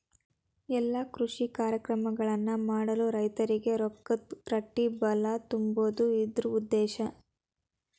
ಎಲ್ಲಾ ಕೃಷಿ ಕಾರ್ಯಕ್ರಮಗಳನ್ನು ಮಾಡಲು ರೈತರಿಗೆ ರೊಕ್ಕದ ರಟ್ಟಿಬಲಾ ತುಂಬುದು ಇದ್ರ ಉದ್ದೇಶ